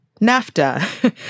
NAFTA